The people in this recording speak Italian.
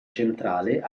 centrale